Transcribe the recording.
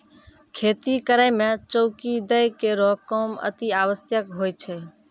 खेती करै म चौकी दै केरो काम अतिआवश्यक होय छै